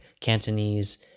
cantonese